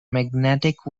magnetic